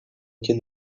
can